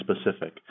specific